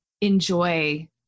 enjoy